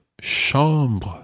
chambre